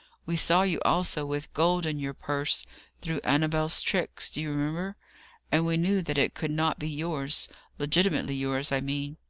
we saw you also with gold in your purse through annabel's tricks, do you remember and we knew that it could not be yours legitimately yours, i mean.